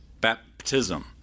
baptism